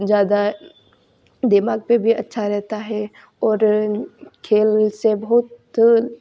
ज्यादा दिमाग पर भी अच्छा रहता है और खेल से बहुत